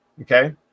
okay